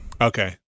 Okay